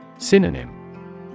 Synonym